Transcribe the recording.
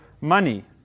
money